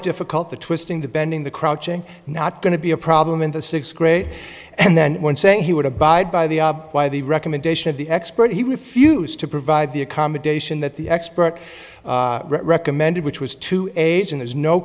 difficult the twisting the bending the crouching not going to be a problem in the sixth grade and then when saying he would abide by the by the recommendation of the expert he refused to provide the accommodation that the expert recommended which was to age and there's no